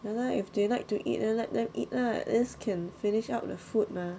ya lah if they like to eat you let them eat lah at least can finish up the food mah